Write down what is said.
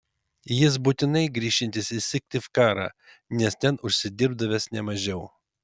jis būtinai grįšiantis į syktyvkarą nes ten užsidirbdavęs ne mažiau